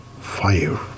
fire